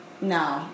no